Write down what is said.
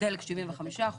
דלק ב-75%,